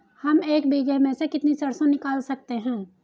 हम एक बीघे में से कितनी सरसों निकाल सकते हैं?